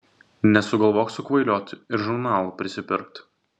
nesugalvok sukvailiot ir žurnalų prisipirkt